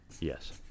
Yes